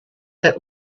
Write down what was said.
that